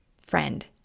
friend